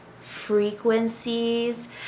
frequencies